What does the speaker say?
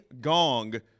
gong